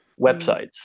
websites